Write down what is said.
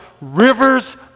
rivers